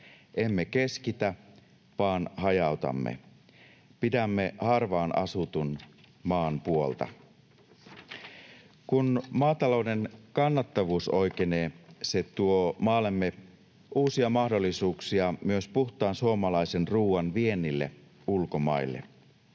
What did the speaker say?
emme keskitä vaan hajautamme, pidämme harvaan asutun maan puolta. Kun maatalouden kannattavuus oikenee, se tuo maallemme uusia mahdollisuuksia myös puhtaan suomalaisen ruuan viennissä ulkomaille.